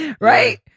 right